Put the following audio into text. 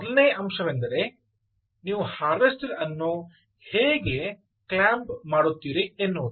ಮೊದಲನೆಯ ಅಂಶವೆಂದರೆ ನೀವು ಹಾರ್ವೆಸ್ಟರ್ ಅನ್ನು ಹೇಗೆ ಕ್ಲ್ಯಾಂಪ್ ಮಾಡುತ್ತೀರಿ ಎನ್ನುವುದು